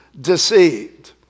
deceived